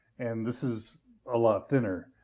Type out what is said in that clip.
and this is a lot thinner.